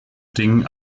dingen